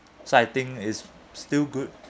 so I think is still good